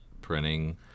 printing